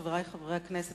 חברי חברי הכנסת,